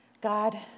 God